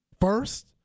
first